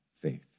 faith